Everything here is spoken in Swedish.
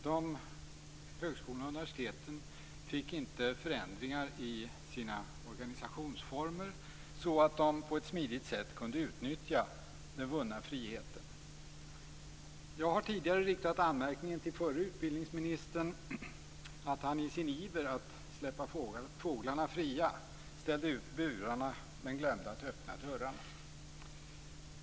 Högskolorna och universiteten fick inga förändringar i sina organisationsformer så att de på ett smidigt sätt kunde utnyttja den vunna friheten. Jag har tidigare riktat den anmärkningen till den förre utbildningsministern att han i sin iver att släppa fåglarna fria ställde ut burarna med glömde att öppna dörrarna.